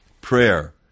prayer